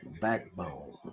Backbone